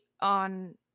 on